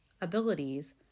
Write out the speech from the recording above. abilities